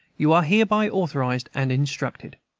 you are hereby authorized and instructed,